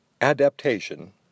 adaptation